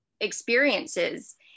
experiences